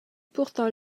pourtant